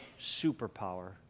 superpower